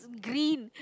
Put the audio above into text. green